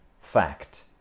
fact